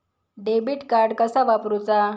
Debit card कसा वापरुचा?